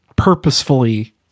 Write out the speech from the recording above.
purposefully